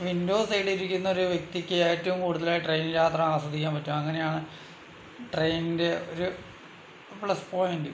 window സൈഡി ഇരിക്കുന്ന ഒരു വ്യക്തിക്ക് ഏറ്റവും കൂടുതലായിട്ട് ട്രെയിൻ യാത്ര ആസ്വദിക്കാൻ പറ്റുക അങ്ങനെയാണ് ട്രെയിനിൻ്റെ ഒരു പ്ലസ് പോയിന്റ്